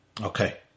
Okay